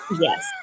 yes